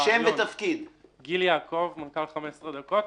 "15 דקות".